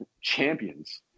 champions